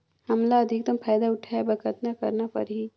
हमला अधिकतम फायदा उठाय बर कतना करना परही?